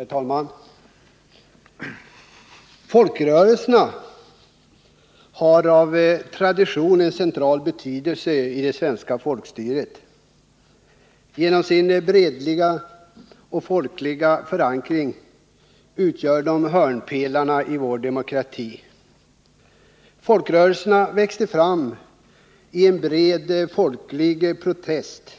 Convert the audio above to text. Herr talman! Folkrörelserna har av tradition en central betydelse i det svenska folkstyret. Genom sin breda folkliga förankring utgör de hörnpelarna i vår demokrati. Folkrörelserna växte fram i en bred folklig protest